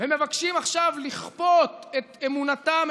ומבקשים עכשיו לכפות את אמונתם,